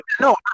No